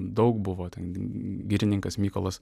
daug buvo ten girininkas mykolas